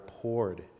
poured